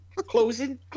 Closing